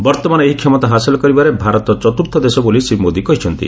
ବର୍ତ୍ତମାନ ଏହି କ୍ଷମତା ହାସଲ କରିବାରେ ଭାରତ ଚତ୍ରର୍ଥ ଦେଶ ବୋଲି ଶ୍ରୀ ମୋଦି କହିଛନ୍ତି